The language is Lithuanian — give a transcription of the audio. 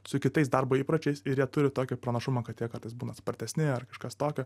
su kitais darbo įpročiais ir jie turi tokį pranašumą kad jie kartais būna spartesni ar kažkas tokio